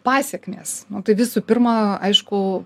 pasekmės nu tai visų pirma aišku